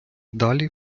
далі